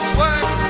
work